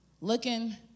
looking